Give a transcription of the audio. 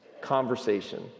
Conversation